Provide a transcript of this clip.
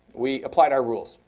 we applied our rules,